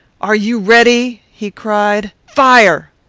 are you ready he cried fire!